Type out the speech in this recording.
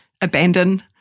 abandon